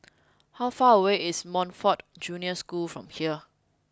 how far away is Montfort Junior School from here